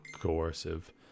coercive